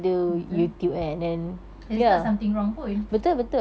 betul and it's not something wrong pun